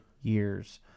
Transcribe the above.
years